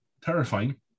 terrifying